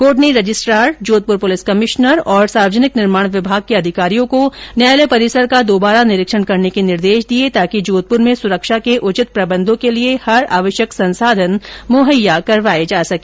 court ने registrar Jodhpur police commissioner और सार्वजनिक निर्माण विभाग के अधिकारियों को न्यायालय परिसर का दुबारा निरीक्षण करने के निर्देश दिए ताकि जोधपुर में सुरक्षा के उचित प्रबंधों के लिए हर आवश्यक संसाधन मुहैया करवाया जा सके